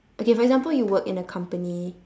okay for example you work in a company